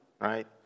right